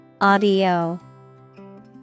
Audio